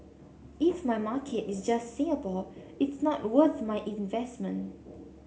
if my market is just Singapore it's not worth my investment